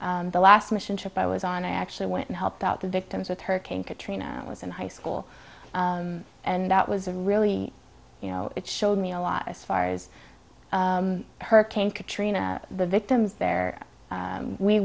the last mission trip i was on i actually went and helped out the victims of hurricane katrina was in high school and that was a really you know it showed me a lot as far as hurricane katrina the victims there